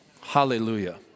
Hallelujah